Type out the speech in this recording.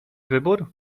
wybór